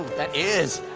that is!